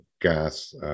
gas